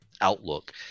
outlook